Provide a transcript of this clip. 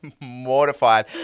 mortified